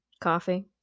Coffee